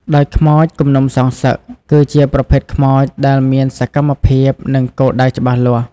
ដោយខ្មោចគំនុំសងសឹក គឺជាប្រភេទខ្មោចដែល មានសកម្មភាព និងគោលដៅច្បាស់លាស់។